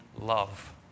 love